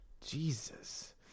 Jesus